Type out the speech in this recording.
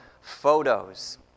photos